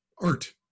art